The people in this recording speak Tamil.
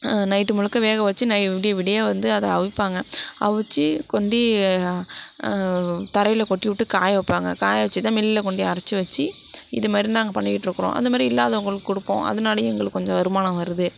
நைட் முழுக்க வேக வச்சு நை விடிய விடிய வந்து அதைஅவிப்பாங்க அவிச்சி கொண்டு தரையில் கொட்டிவிட்டு காயவைப்பாங்க காயவச்சிதான் மில்லில் கொண்டு அரைச்சி வச்சு இதுமாதிரி நாங்கள் பண்ணிகிட்டு இருக்கிறோம் அந்தமாதிரி இல்லாதவங்களுக்கு கொடுப்போம் அதனாலையும் எங்களுக்கு கொஞ்சம் வருமானம் வருது